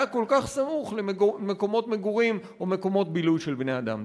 כל כך סמוך למקומות מגורים או למקומות בילוי של בני-אדם.